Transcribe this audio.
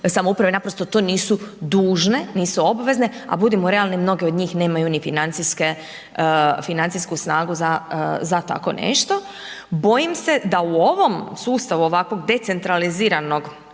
samouprave naprosto to nisu dužne, nisu obvezne a budimo realni mnoge od njih nemaju ni financijsku snagu za tako nešto. Bojim se da u ovom sustavu ovakvog decentraliziranog